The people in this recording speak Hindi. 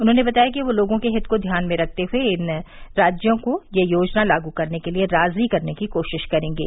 उन्होंने बताया कि वे लोगों के हित को ध्यान में रखते हुए इन राज्यों को यह योजना लागू करने के लिए राजी करने की कोशिश करेंगे